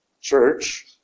church